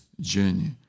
journey